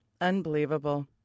Unbelievable